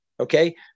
Okay